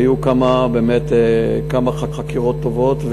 היו באמת כמה חקירות טובות,